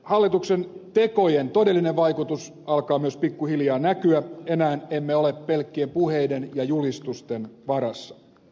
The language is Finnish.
hallituksen tekojen todellinen vaikutus alkaa myös pikkuhiljaa näkyä enää emme ole pelkkien puheiden ja julistusten varassa